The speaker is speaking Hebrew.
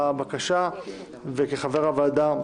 נגיף הקורונה החדש), התש"ף-2020 אושרה.